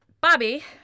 bobby